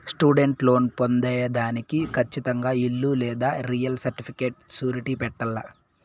student loan పొందేదానికి కచ్చితంగా ఇల్లు లేదా రియల్ సర్టిఫికేట్ సూరిటీ పెట్టాల్ల